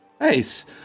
Nice